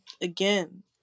again